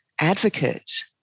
advocate